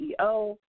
CEO